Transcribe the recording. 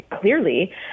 clearly